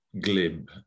glib